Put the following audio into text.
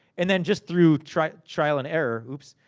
and then, just through trial trial and error. oops.